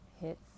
hits